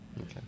Okay